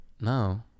no